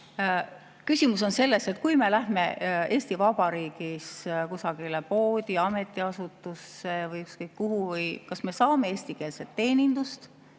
küsimus on selles, et kui me läheme Eesti Vabariigis kusagile poodi, ametiasutusse või ükskõik kuhu, siis kas me saame eestikeelset teenindust,